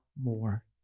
more